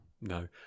No